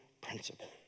principle